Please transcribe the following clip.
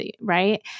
right